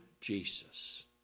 Jesus